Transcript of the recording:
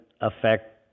affect